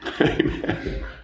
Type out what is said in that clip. Amen